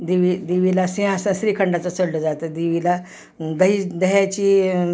देवी देवीला सिंहासं श्रीखंडाचं सोडलं जातं देवीला दही दह्याची